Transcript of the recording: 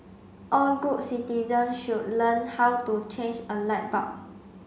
all good citizens should learn how to change a light bulb